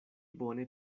bone